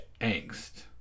angst